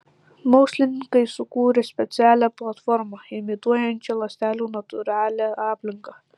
mokslininkai sukūrė specialią platformą imituojančią ląstelių natūralią aplinką